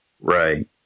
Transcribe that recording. Right